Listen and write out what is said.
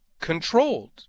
controlled